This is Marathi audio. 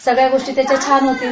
सगळ्या गोष्टी त्याच्या छान होतील